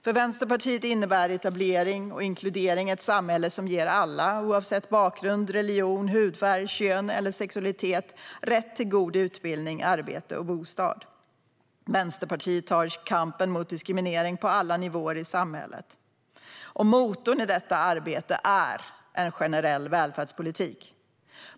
För Vänsterpartiet innebär etablering och inkludering ett samhälle som ger alla, oavsett bakgrund, religion, hudfärg, kön eller sexualitet, rätt till god utbildning, arbete och bostad. Vänsterpartiet tar kampen mot diskriminering på alla nivåer i samhället. Motorn i detta arbete är en generell välfärdspolitik.